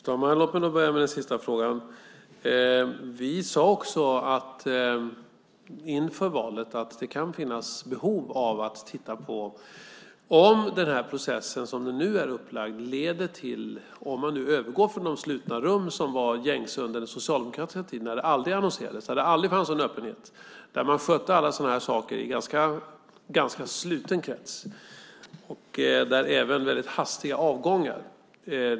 Fru talman! Låt mig börja med den sista frågan. Vi sade också inför valet att vi vill utvärdera den här processen, som den nu är upplagd. Det handlar om att man nu går från de slutna rum som var gängse under den socialdemokratiska tiden, när det aldrig annonserades, när det aldrig fanns någon öppenhet, när man skötte alla sådana här saker i en ganska sluten krets och det även skedde väldigt hastiga avgångar.